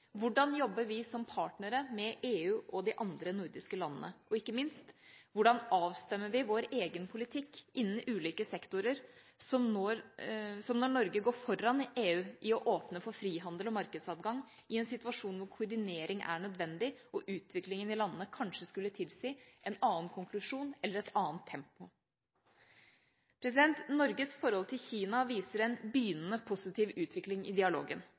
Hvordan jobber vi som partnere med EU og de andre nordiske landene? Og ikke minst: Hvordan avstemmer vi vår egen politikk innen ulike sektorer, som når Norge går foran EU i å åpne for frihandel og markedsadgang i en situasjon hvor koordinering er nødvendig, og utviklingen i landene kanskje skulle tilsi en annen konklusjon eller et annet tempo. Norges forhold til Kina viser en begynnende positiv utvikling i dialogen.